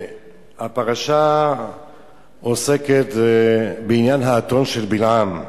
הפרשה עוסקת בעניין האתון של בלעם.